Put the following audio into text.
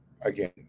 Again